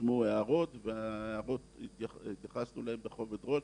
ורשמו הערות ואנחנו התייחסנו להערות שלהם בכובד ראש.